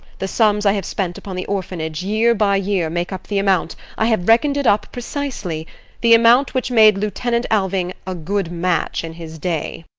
the sums i have spent upon the orphanage, year by year, make up the amount i have reckoned it up precisely the amount which made lieutenant alving a good match in his day.